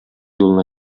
юлына